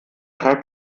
treibt